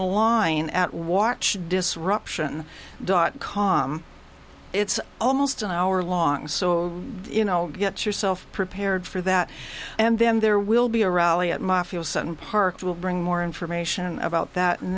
the line at watch disruption dot com it's almost an hour long so you know get yourself prepared for that and then there will be a rally at my feel certain parks will bring more information about that